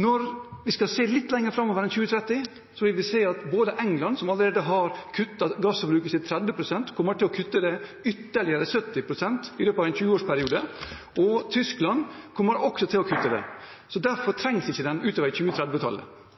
Når vi ser litt lenger framover enn til 2030, vil vi se at England, som allerede har kuttet gassforbruket sitt med 30 pst., kommer til å kutte det med ytterligere 70 pst. i løpet av en 20-årsperiode. Tyskland kommer også til å kutte det. Derfor trengs ikke den gassen utover